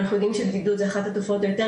ואנחנו יודעים שבדידות זו אחת התופעות היותר